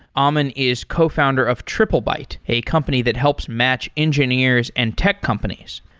um ammon is cofounder of triplebyte, a company that helps match engineers and tech companies.